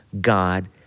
God